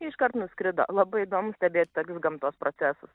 iškart nuskrido labai įdomu stebėti tokius gamtos procesus